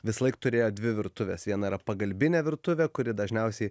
visąlaik turėjo dvi virtuves viena yra pagalbinė virtuvė kuri dažniausiai